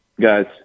guys